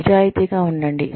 నిజాయితీగా ఉండండి